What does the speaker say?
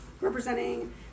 representing